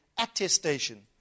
attestation